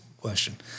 question